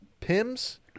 Pim's